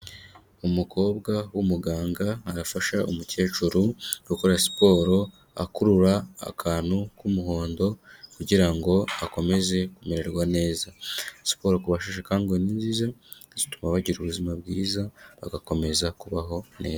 Umukobwa w'umuganga, arafasha umukecuru gukora siporo, akurura akantu k'umuhondo kugira ngo akomeze kumererwa neza, siporo kubasheshe akanguhe ni nziza, zituma bagira ubuzima bwiza, bagakomeza kubaho neza.